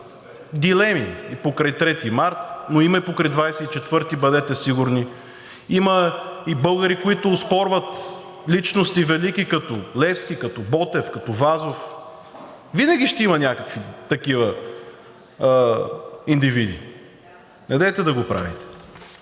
дилеми и покрай 3 март, но има и покрай 24 май, бъдете сигурни. Има и българи, които оспорват велики личности като Левски, като Ботев, като Вазов. Винаги ще има някакви такива индивиди. Недейте да го правите!